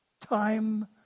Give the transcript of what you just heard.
time